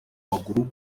maguru